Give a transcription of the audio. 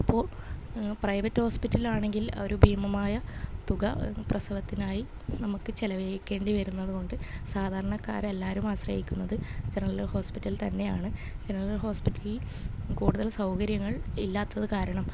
അപ്പോൾ പ്രൈവറ്റ് ഹോസ്പിറ്റലാണെങ്കിൽ അവർ ഭീമമായ തുക പ്രസവത്തിനായി നമുക്ക് ചിലവഴിക്കേണ്ടി വരുന്നത് കൊണ്ട് സാധാരണക്കാരെല്ലാരും ആശ്രയിക്കുന്നത് ജനറൽ ഹോസ്പിറ്റൽ തന്നെയാണ് ജനറൽ ഹോസ്പിറ്റലിൽ കൂടുതൽ സൗകര്യങ്ങൾ ഇല്ലാത്തത് കാരണം